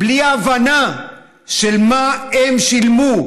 בלי ההבנה של מה הם שילמו,